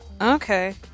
Okay